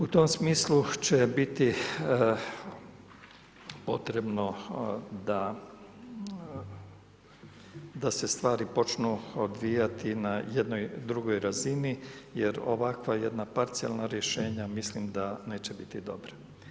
U tom smislu će biti potrebno da se stvari počnu odvijati na jednoj drugoj razini jer ovakva jedna parcijalna rješenja, mislim da neće biti dobra.